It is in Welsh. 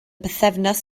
bythefnos